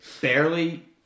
barely